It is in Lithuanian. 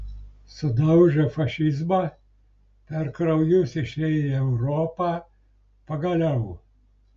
sudaužę fašizmą per kraujus išėję į europą pagaliau